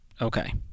Okay